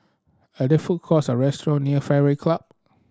are there food courts or restaurant near Fairway Club